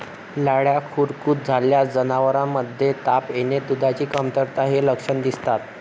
लाळ्या खुरकूत झाल्यास जनावरांमध्ये ताप येणे, दुधाची कमतरता हे लक्षण दिसतात